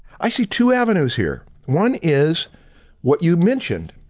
i see two avenues here, one is what you mentioned,